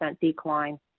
decline